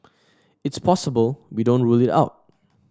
it's possible we don't rule it out